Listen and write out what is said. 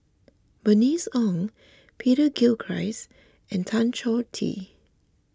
Bernice Ong Peter Gilchrist and Tan Choh Tee